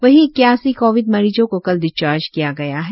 वही इक्यासी कोविड मरीजो को कल डिस्चार्ज किया गया है